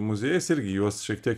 muziejais irgi juos šiek tiek